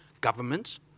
governments